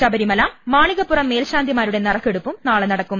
Sabarimala Malikappuram മേൽശാന്തിമാരുടെ നറുക്കെടുപ്പും നാളെ നടക്കും